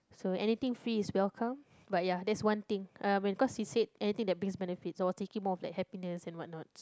to anything free is welcome but ya there's one thing uh when of course he said anything that brings benefit so take it more of like happiness and what